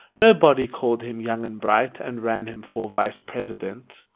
nobody called him young and bright and ran him for vice-president.